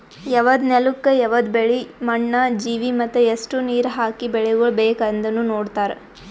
ಯವದ್ ನೆಲುಕ್ ಯವದ್ ಬೆಳಿ, ಮಣ್ಣ, ಜೀವಿ ಮತ್ತ ಎಸ್ಟು ನೀರ ಹಾಕಿ ಬೆಳಿಗೊಳ್ ಬೇಕ್ ಅಂದನು ನೋಡತಾರ್